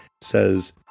says